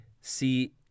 see